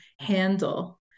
handle